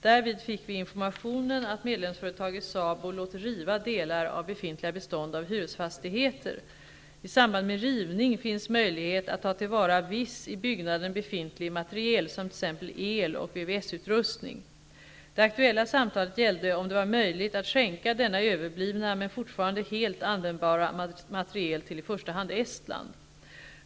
Därvid fick vi informationen att medlemsföretag i SABO låter riva delar av befintliga bestånd av hyresfastigheter. I samband med rivning finns möjlighet att ta till vara viss i byggnaden befintlig materiel som t.ex. el och VVS-utrustning. Det aktuella samtalet gällde om det var möjligt att skänka denna överblivna men fortfarande helt användbara materiel till i första hand Estland.